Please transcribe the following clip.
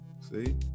See